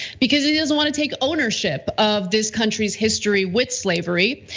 because he doesn't wanna take ownership of this country's history with slavery.